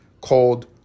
called